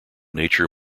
nature